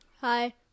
Hi